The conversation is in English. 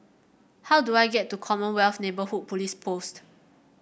how do I get to Commonwealth Neighbourhood Police Post